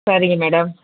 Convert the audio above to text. சரிங்க மேடம்